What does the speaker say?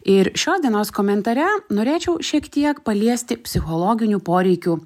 ir šios dienos komentare norėčiau šiek tiek paliesti psichologinių poreikių